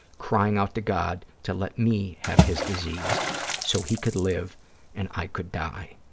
crying out to god to let me have his disease so he could live and i could die.